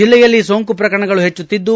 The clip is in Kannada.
ಜಲ್ಲೆಯಲ್ಲಿ ಸೋಂಕು ಪ್ರಕರಣಗಳು ಹೆಚ್ಚುತ್ತಿದ್ದು